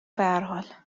بحرحال